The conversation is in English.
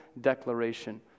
declaration